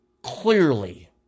clearly